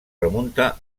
remunta